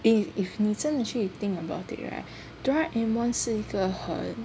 if if 你真的去 think about it right Doraemon 是一个很